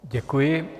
Děkuji.